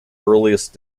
earliest